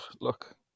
Look